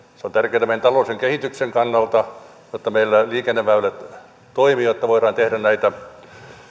se on tärkeätä meidän taloudellisen kehityksemme kannalta jotta meillä liikenneväylät toimivat jotta voidaan tehdä näitä